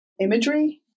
imagery